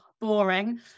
boring